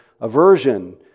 aversion